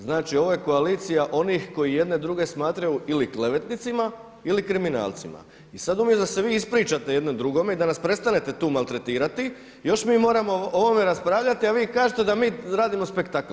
Znači ovo je koalicija onih koji jedne druge smatraju ili klevetnicima ili kriminalcima i sada umjesto da se vi ispričate jedni drugome i da nas prestanete tu maltretirati još mi moramo o ovome raspravljati, a vi kažete da mi radimo spektakl.